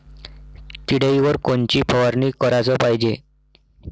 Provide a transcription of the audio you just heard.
किड्याइवर कोनची फवारनी कराच पायजे?